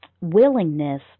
willingness